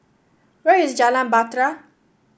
where is Jalan Bahtera